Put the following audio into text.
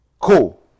cool